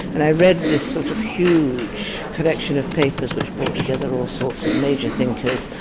and i read this sort of huge collection of papers which brought together all sorts of major thinkers,